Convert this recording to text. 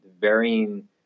varying